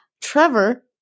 Trevor